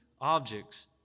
objects